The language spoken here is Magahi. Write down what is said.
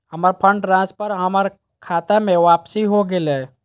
हमर फंड ट्रांसफर हमर खता में वापसी हो गेलय